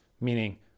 meaning